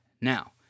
Now